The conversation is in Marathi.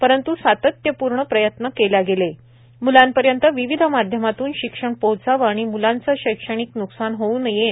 परंत् सातत्यपूर्ण प्रयत्न करत होतो कि मुलांपर्यंत विविध माध्यमातून शिक्षण पोहोचावं आणि मुलाचं शैक्षणिक नुकसान होऊ नये